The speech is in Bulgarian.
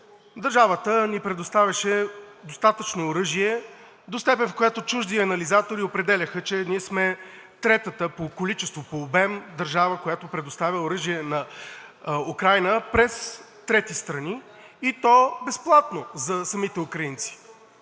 държавата ни предоставяше достатъчно оръжие до степен, в която чужди анализатори определяха, че ние сме третата по количество, по обем, държава, която предоставя оръжие на Украйна, през трети страни, и то безплатно за самите украинци.